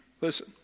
Listen